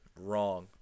wrong